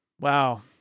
Wow